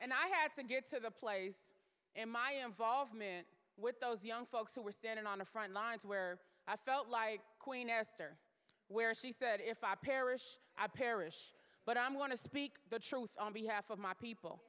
and i had to get to the place and my involvement with those young folks who were standing on the front lines where i felt like queen esther where she said if i perish i perish but i'm going to speak the truth on behalf of my people